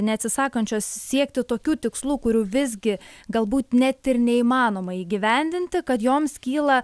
neatsisakančios siekti tokių tikslų kurių visgi galbūt net ir neįmanoma įgyvendinti kad joms kyla